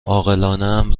عاقلانهام